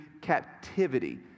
captivity